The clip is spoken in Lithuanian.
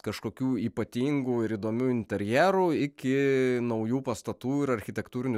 kažkokių ypatingų ir įdomių interjerų iki naujų pastatų ir architektūrinių